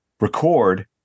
record